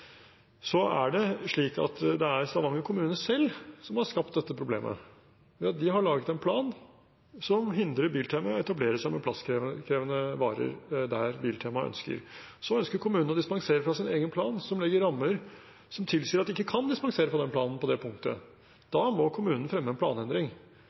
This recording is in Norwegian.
er slik at det er Stavanger kommune selv som har skapt dette problemet, ved at de har laget en plan som hindrer Biltema i å etablere seg med plasskrevende varer der Biltema ønsker. Kommunen ønsker å dispensere fra sin egen plan, som legger rammer som tilsier at de ikke kan dispensere fra den planen på det punktet. Da må kommunen fremme en planendring.